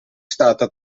stata